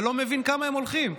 אתה לא מבין כמה הם הולכים,